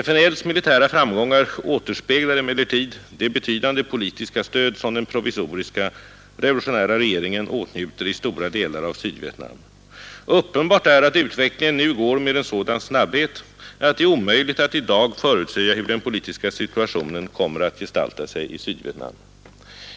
FNL:s militära framgångar återspeglar emellertid det betydande politiska stöd som den provisoriska revolutionära regeringen åtnjuter i stora delar av Sydvietnam. Uppenbart är att utvecklingen nu går med en sådan snabbhet att det är omöjligt att i dag förutsäga hur den politiska situationen kommer att gestalta sig i Sydvietnam.